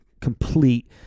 complete